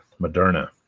Moderna